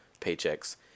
paychecks